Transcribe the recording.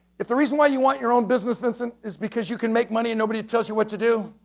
if the reason why you want your own business vincent is because you can make money and nobody tells you what to do,